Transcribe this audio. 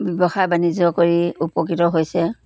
ব্যৱসায় বাণিজ্য কৰি উপকৃত হৈছে